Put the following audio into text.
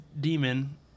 demon